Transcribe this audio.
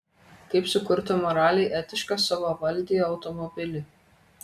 kaip sukurti moraliai etišką savavaldį automobilį